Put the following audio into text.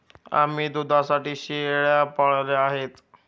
आम्ही दुधासाठी शेळ्या पाळल्या आहेत